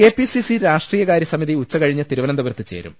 K P C C രാഷ്ട്രീയ കാര്യസമിതി ഉച്ചു കഴിഞ്ഞ് തിരുവ നന്തപുരത്ത് ചേരും